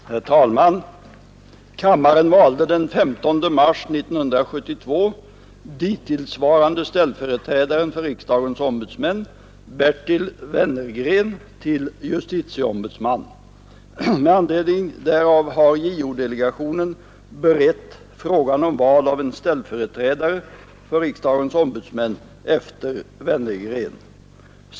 Herr talman! Kammaren valde den 15 mars 1972 dittillsvarande ställföreträdaren för riksdagens ombudsmän Bertil Wennergren till justitieombudsman. Med anledning därav har JO-delegationen berett frågan om val av en ställföreträdare för riksdagens ombudsmän efter Wennergren.